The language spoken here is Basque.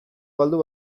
galdu